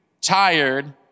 tired